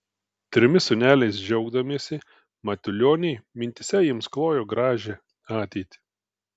trimis sūneliais džiaugdamiesi matulioniai mintyse jiems klojo gražią ateitį